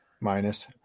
Minus